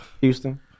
Houston